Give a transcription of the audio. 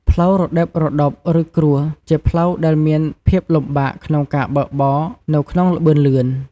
ផ្លូវរដិបរដុប ឬគ្រួស ជាផ្លូវដែលមានភាពលំបាកក្នុងការបើកបរនៅក្នុងល្បឿនលឿន។